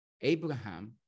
Abraham